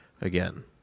again